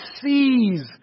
sees